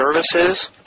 services